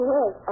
Yes